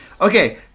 Okay